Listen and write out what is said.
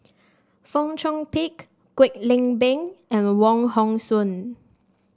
Fong Chong Pik Kwek Leng Beng and Wong Hong Suen